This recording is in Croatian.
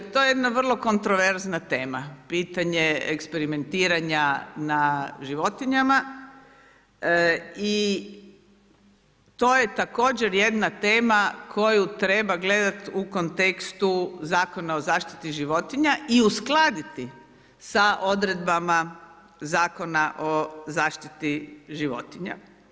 To je jedna vrlo kontroverzna tema, pitanje eksperimentiranja na životinjama i to je također jedna tema koju treba gledati u kontekstu Zakona o zaštiti životinja i uskladiti sa odredbama Zakona o zaštiti životinja.